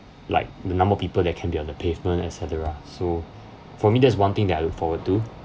like the number of people that can be on the pavement et cetera so for me that's one thing that I look forward to